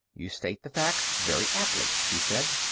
you state the facts very aptly, he said.